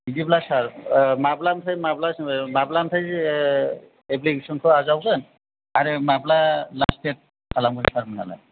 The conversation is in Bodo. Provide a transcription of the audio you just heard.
बिदिब्ला सार माब्लानिफ्राय माब्ला जोङो माब्लानिफ्राय एफ्लिकेसनखौ आजावगोन आरो माब्ला लास्ट डेट खालामगोन सारमोनहालाय